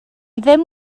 ddim